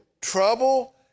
trouble